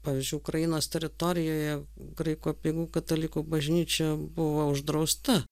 pavyzdžiui ukrainos teritorijoje graikų apeigų katalikų bažnyčia buvo uždrausta